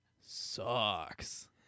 sucks